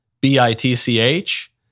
B-I-T-C-H